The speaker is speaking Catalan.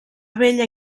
vella